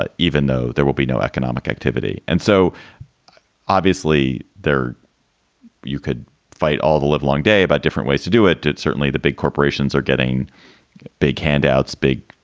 but even though there will be no economic activity. and so obviously, there you could fight all the live long day about different ways to do it. it's certainly the big corporations are getting big handouts, big,